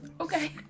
Okay